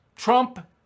Trump